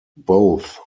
both